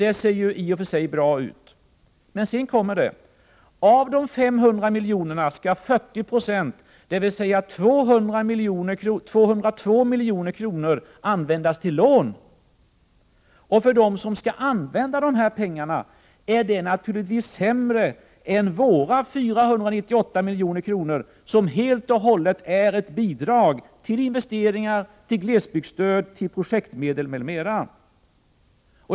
Det ser ju i och för sig bra ut, men sedan kommer det: av de 505 miljonerna skall 40 96, dvs. 202 milj.kr. användas till lån. För dem som skall använda de här pengarna är det naturligtvis sämre än våra 498 milj.kr., som helt och hållet går till bidrag till investeringar, glesbygdsstöd, projektmedel m.m.